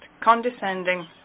condescending